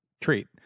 treat